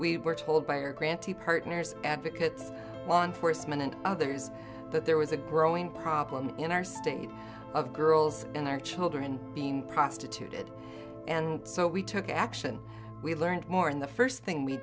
we were told by our grantee partners advocates law enforcement and others that there was a growing problem in our state of girls and their children being prostituted and so we took action we learned more in the first thing we